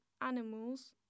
animals